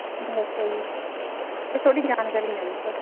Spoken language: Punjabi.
ਦੱਸੋ ਜੀ ਮੈਂ ਥੋੜ੍ਹੀ ਜਾਣਕਾਰੀ ਲੈਣੀ ਤੁਹਾਡੇ ਤੋਂ